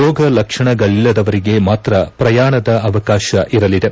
ರೋಗಲಕ್ಷಣಗಳಿಲ್ಲದವರಿಗೆ ಮಾತ್ರ ಪ್ರಯಾಣದ ಅವಕಾಶ ಇರಲಿದೆ